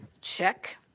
check